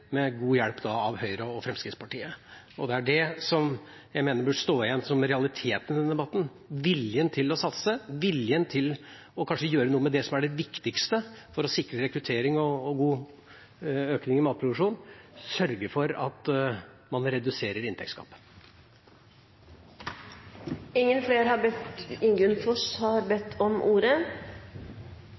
med god hjelp av Høyre og Fremskrittspartiet. Jeg mener dette bør stå igjen som realiteten i denne debatten, viljen til å satse og viljen til kanskje å gjøre noe med det som er det viktigste for å sikre rekruttering og god økning i matproduksjonen: å sørge for at man reduserer inntektsgapet. Representanten Ingunn Foss